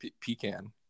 pecan